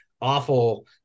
awful